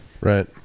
Right